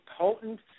potent